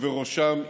ובראשם איראן.